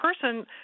person